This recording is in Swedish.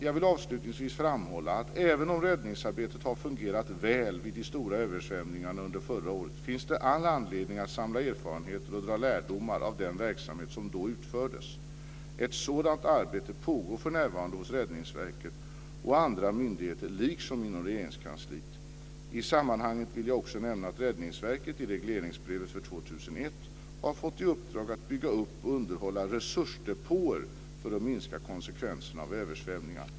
Jag vill avslutningsvis framhålla att även om räddningsarbetet har fungerat väl vid de stora översvämningarna under förra året finns det all anledning att samla erfarenheter och dra lärdomar av den verksamhet som då utfördes. Ett sådant arbete pågår för närvarande hos Räddningsverket och andra myndigheter liksom inom Regeringskansliet. I sammanhanget vill jag också nämna att Räddningsverket i regleringsbrevet för 2001 har fått i uppdrag att bygga upp och underhålla resursdepåer för att minska konsekvenserna av översvämningar.